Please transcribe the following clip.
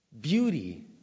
beauty